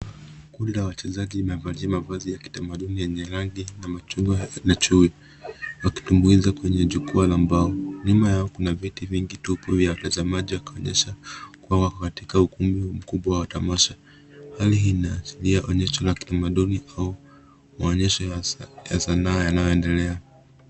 Kundi la wachezaji mavazi ya kitamaduni yenye rangi ya machungwa na chui wakitumbiza kwenye jukwaa la mbao. Nyuma yao kuna viti vingi tupu vya watazamaji wakionyesha wao wako katika ukumbi mkubwa wa tamasha. Hali hii inaashiria onyesho la kitamaduni au mwonyesho ya Sanaa yanayoendelea.